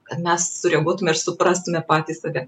kad mes sureaguotume ir suprastume patys save